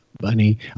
Bunny